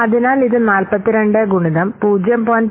അതിനാൽ ഇത് 42 ഗുണിതം 0